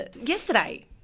yesterday